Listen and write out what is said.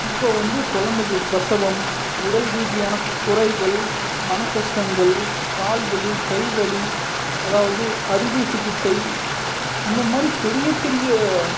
இப்போ வந்து குழந்தைகள் பிரசவம் உடல் ரீதியான குறைகள் மன கஷ்டங்கள் கால் வலி கை வலி அதாவது அறுவை சிகிச்சை இந்த மாதிரி பெரிய பெரிய